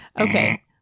Okay